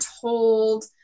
told